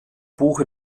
buch